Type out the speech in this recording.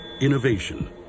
Innovation